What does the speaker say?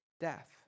death